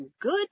good